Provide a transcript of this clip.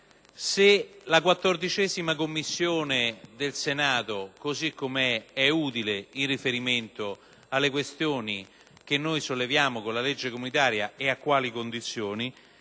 se la 14a Commissione del Senato, così com'è, sia utile in riferimento alle questioni che solleviamo con la legge comunitaria e a quali condizioni;